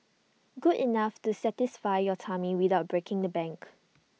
good enough to satisfy your tummy without breaking the bank